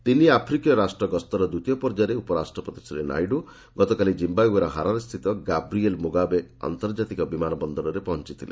ତିନି ଆଫ୍ରିକୀୟ ରାଷ୍ଟ୍ର ଗସ୍ତର ଦ୍ୱିତୀୟ ପର୍ଯ୍ୟାୟରେ ଉପରାଷ୍ଟ୍ରପତି ଶ୍ରୀ ନାଇଡୁ ଗତକାଲି କିମ୍ବାଓ୍ୱେର ହାରାରେସ୍ଥିତ ଗାବ୍ରିଏଲ୍ ମୁଗାବେ ଅନ୍ତର୍ଜାତୀୟ ବିମାନ ବନ୍ଦରରେ ପହଞ୍ଚଥିଲେ